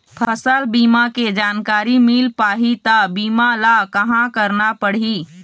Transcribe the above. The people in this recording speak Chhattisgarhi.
फसल बीमा के जानकारी मिल पाही ता बीमा ला कहां करना पढ़ी?